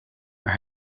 maar